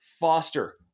Foster